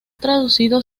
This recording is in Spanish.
traducido